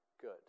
Good